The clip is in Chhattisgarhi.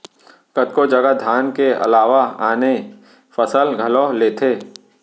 कतको जघा धान के अलावा आने फसल घलौ लेथें